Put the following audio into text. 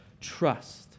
trust